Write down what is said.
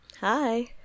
Hi